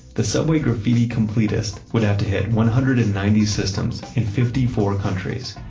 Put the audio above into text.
the subway graffiti completist would have to hit one hundred and ninety systems in fifty four countries.